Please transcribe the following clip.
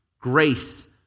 grace